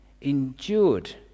endured